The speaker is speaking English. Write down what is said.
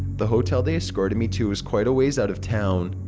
the hotel they escorted me to was quite a ways out of town.